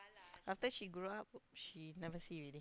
after she grow up she never see already